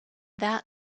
that